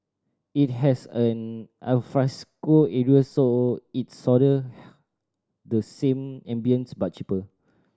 it has an alfresco area so it's sorta the same ambience but cheaper